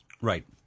Right